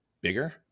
bigger